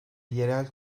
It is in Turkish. yerel